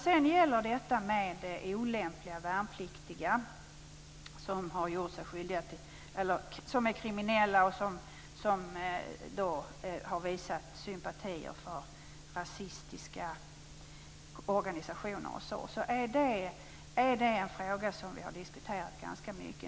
Frågan om olämpliga värnpliktiga, som är kriminella och som har visat sympatier för rasistiska organisationer osv., är något som vi har diskuterat ganska mycket.